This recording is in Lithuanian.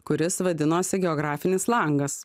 kuris vadinosi geografinis langas